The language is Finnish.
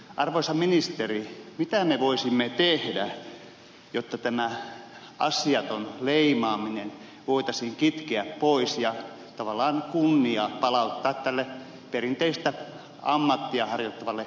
arvoisa ministeri mitä me voisimme tehdä jotta tämä asiaton leimaaminen voitaisiin kitkeä pois ja tavallaan kunnia palauttaa tälle perinteistä ammattia harjoittavalle elinkeinolle